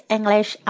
English